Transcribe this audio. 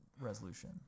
resolution